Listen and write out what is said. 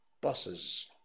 buses